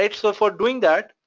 and so for doing that,